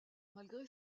malgré